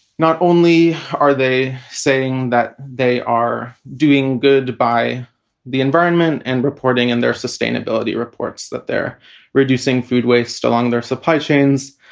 not only are they saying that they are doing good by the environment and reporting in their sustainability reports that they're reducing food waste along their supply chains,